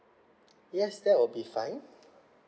yes that will be fine